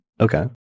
Okay